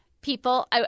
people